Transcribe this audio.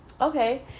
Okay